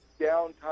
downtime